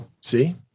See